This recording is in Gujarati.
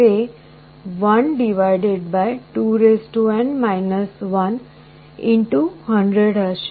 તે 12N - 1 100 હશે